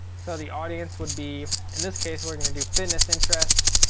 so the audience would be, in this case we're gonna do fitness interests